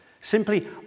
Simply